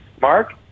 Mark